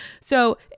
So-